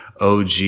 OG